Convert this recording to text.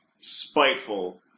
spiteful